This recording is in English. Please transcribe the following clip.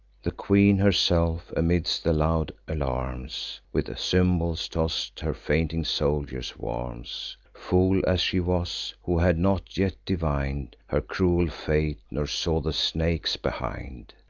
the queen herself, amidst the loud alarms, with cymbals toss'd her fainting soldiers warms fool as she was! who had not yet divin'd her cruel fate, nor saw the snakes behind.